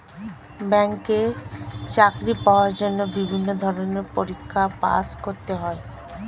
ব্যাংকে চাকরি পাওয়ার জন্য বিভিন্ন ধরনের পরীক্ষায় পাস করতে হয়